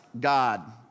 God